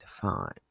five